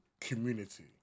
community